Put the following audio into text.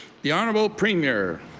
the honour but premier.